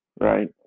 Right